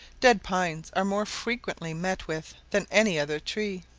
dead pines are more frequently met with than any other tree.